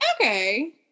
Okay